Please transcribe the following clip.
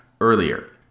earlier